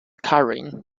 carrying